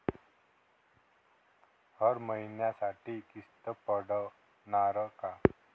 हर महिन्यासाठी किस्त पडनार का?